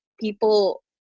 people